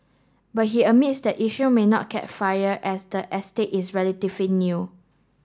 but he admits that issue may not catch fire as the estate is relatively new